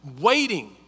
waiting